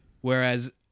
Whereas